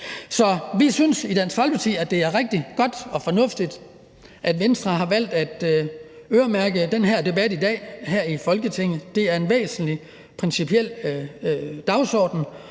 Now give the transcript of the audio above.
Så vi synes i Dansk Folkeparti, at det er rigtig godt og fornuftigt, at Venstre har valgt at øremærke den her debat i dag her i Folketinget. Det er en væsentlig principiel dagsorden,